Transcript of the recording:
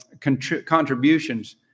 contributions